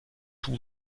tous